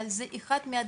אבל זו אחת מהדרישות.